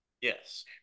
Yes